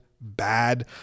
bad